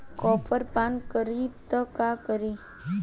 Copper पान करी त का करी?